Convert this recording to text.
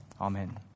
amen